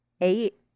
eight